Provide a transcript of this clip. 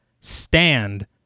Stand